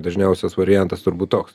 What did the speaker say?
dažniausias variantas turbūt toks